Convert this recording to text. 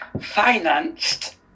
financed